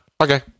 Okay